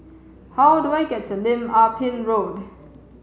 how do I get to Lim Ah Pin Road